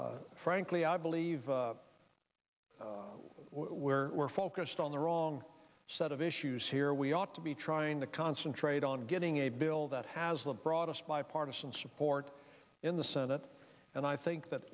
frankly i believe where we're focused on the wrong set of issues here we ought to be trying to concentrate on getting a bill that has the broadest bipartisan support in the senate and i think that